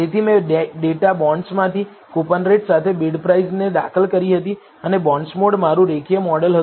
તેથી મેં ડેટા બોન્ડ્સમાંથી કૂપનરેટ સાથે બિડપ્રાઇસને દાખલ કરી હતી અને બોન્ડસ્મોડ મારું રેખીય મોડેલ હતું